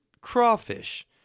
crawfish